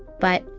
but.